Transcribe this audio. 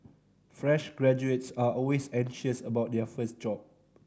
fresh graduates are always anxious about their first job